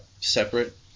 separate